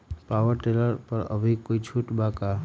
Power tiller पर अभी कोई छुट बा का?